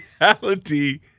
reality